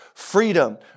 Freedom